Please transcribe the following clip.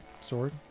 Sword